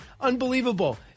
unbelievable